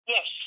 Yes